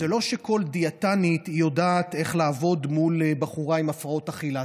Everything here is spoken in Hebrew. זה לא שכל דיאטנית יודעת איך לעבוד מול בחורה עם הפרעות אכילה.